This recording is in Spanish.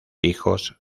hijos